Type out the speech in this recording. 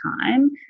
time